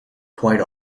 quite